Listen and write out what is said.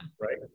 Right